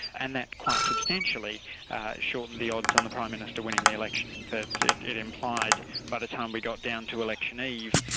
and that quite substantially shortened the odds on the prime minister winning the election, that that it implied by the time we got down to election eve,